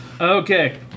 Okay